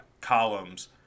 columns